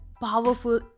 powerful